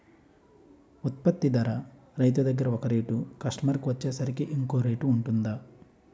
ఉత్పత్తి ధర రైతు దగ్గర ఒక రేట్ కస్టమర్ కి వచ్చేసరికి ఇంకో రేట్ వుంటుందా?